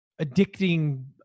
addicting